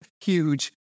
huge